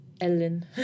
Ellen